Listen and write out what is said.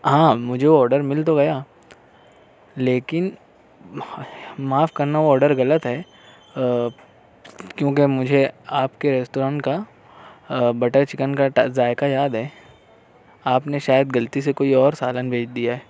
ہاں مجھے آرڈر مل تو گیا لیکن معاف کرنا وہ آرڈر غلط ہے کیونکہ مجھے آپ کے ریسٹیورینٹ کا بٹر چکن کا ذائقہ یاد ہے آپ نے شاید غلطی سے کوئی اور سالن بھیج دیا ہے